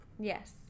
Yes